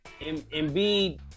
Embiid